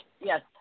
Yes